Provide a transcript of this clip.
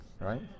right